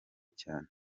cyane